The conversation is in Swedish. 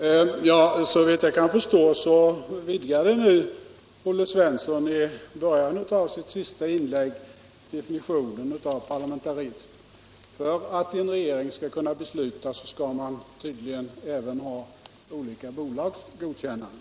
Herr talman! Såvitt jag förstår vidgade Olle Svensson i sitt senaste inlägg definitionen av parlamentarismen. För att en regering skall kunna besluta, skall den tydligen även ha olika bolags godkännande.